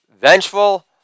Vengeful